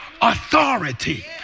authority